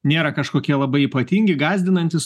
nėra kažkokie labai ypatingi gąsdinantys